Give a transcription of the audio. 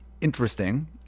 interesting